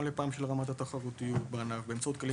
לפעם לניתוח של רמת התחרותיות בענף באמצעות כלים